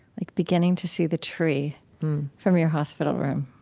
like, beginning to see the tree from your hospital room